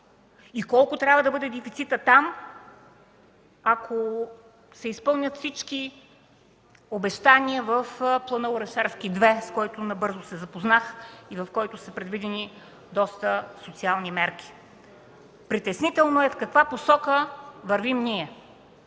и колко трябва да бъде дефицитът там, ако се изпълнят всички обещания в плана „Орешарски 2”, с който набързо се запознах и в който са предвидени доста социални мерки? Притеснително е в каква посока вървим ние.